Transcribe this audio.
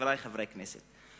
חברי חברי הכנסת,